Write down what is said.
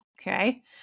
Okay